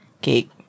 cake